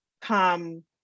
come